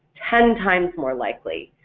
ten times more likely.